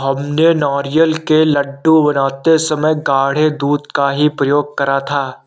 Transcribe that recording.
हमने नारियल के लड्डू बनाते समय गाढ़े दूध का ही प्रयोग करा था